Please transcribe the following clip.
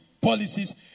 policies